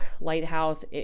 lighthouse